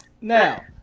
Now